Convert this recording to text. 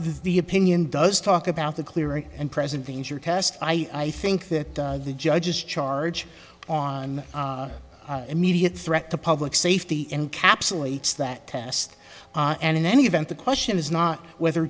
the opinion does talk about the clearing and present danger test i think that the judge's charge on immediate threat to public safety encapsulates that test and in any event the question is not whether